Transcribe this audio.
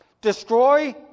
destroy